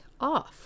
off